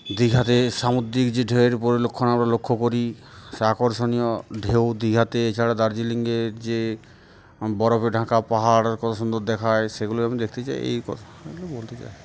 দীঘাতে সামুদ্রিক যে ঢেউয়ের পরিলক্ষণ আমরা লক্ষ্য করি সেই আকর্ষণীয় ঢেউ দীঘাতে এছাড়া দার্জিলিংয়ের যে বরফে ঢাকা পাহাড় কত সুন্দর দেখায় সেগুলোই আমি দেখতে চাই এই কথা এগুলো বলতে চাই